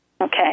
Okay